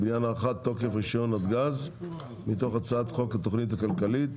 (בעניין הארכת תוקף רישיון נתג"ז) מתוך הצעת חוק התכנית הכלכלית